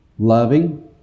Loving